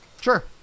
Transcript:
Sure